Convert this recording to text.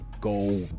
go